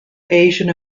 asian